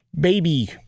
baby